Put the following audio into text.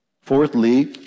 Fourthly